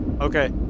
Okay